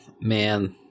Man